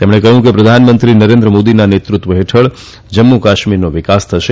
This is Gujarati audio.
તેમણે કહ્યું કે પ્રધાનમંત્રી નરેન્દ્ર મોદીના નેતૃત્વ હેઠળ જમ્મુ કાશ્મીરનો વિકાસ થશે